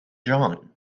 john